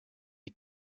est